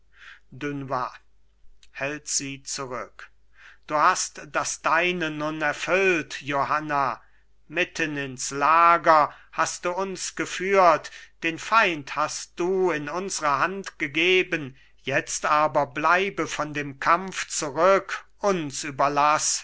dunois hält sie zurück du hast das deine nun erfüllt johanna mitten ins lager hast du uns geführt den feind hast du in unsre hand gegeben jetzt aber bleibe von dem kampf zurück uns überlaß